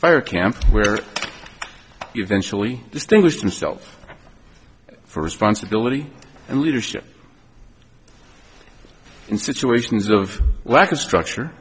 fire camp where he eventually distinguished himself for responsibility and leadership in situations of lack of structure